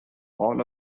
all